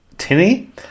tinny